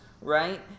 right